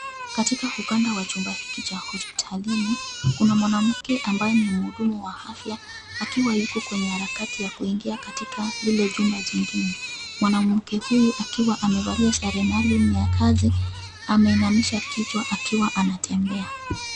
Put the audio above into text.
Katika ukanda wa chumba hiki cha hospitalini kuna mwanamke ambaye ni mhudumu wa afya akiwa yuko kwenye harakati ya kuingia katika lile jumba jingine. Mwanamke huyu akiwa amevalia sare maalum ya kazi ameinamisha kichwa akiwa anatembea.